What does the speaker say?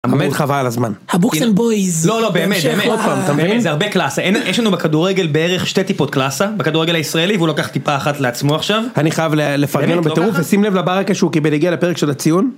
באמת חבל על הזמן. הבוקסם בויז. לא לא באמת באמת, זה הרבה קלאסה, אין, יש לנו בכדורגל בערך שתי טיפות קלאסה, בכדורגל הישראלי והוא לוקח טיפה אחת לעצמו עכשיו, אני חייב לפרגן לו בטירוף, ושים לב לברקה שהוא קיבל יגיע לפרק של הציון.